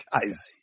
guys